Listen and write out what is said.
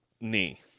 knee